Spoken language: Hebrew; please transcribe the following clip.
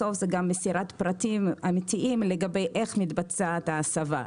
בסוף זה גם מסירת פרטים אמיתיים לגבי איך מתבצעת ההסבה.